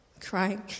crying